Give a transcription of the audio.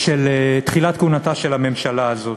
תחילת כהונתה של הממשלה הזאת.